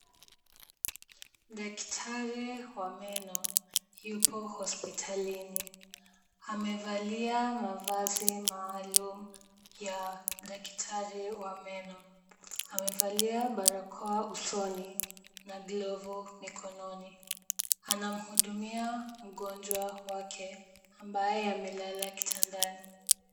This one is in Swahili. Daktari wa meno yuko hospitalini. Amevalia mavazi maalum ya daktari wa meno. Amevalia barakoa usoni na glavu mikononi. Anamhudumia mgonjwa wake ambaye amelala kitandani.